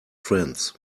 friends